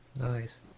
Nice